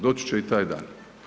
Doći će i taj dan.